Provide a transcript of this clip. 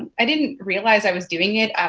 i didn't realize i was doing it.